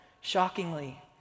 shockingly